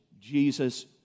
Jesus